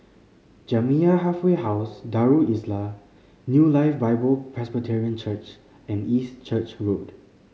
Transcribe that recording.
Jamiyah Halfway House Darul Islah New Life Bible Presbyterian Church and East Church Road